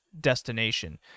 destination